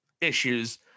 Issues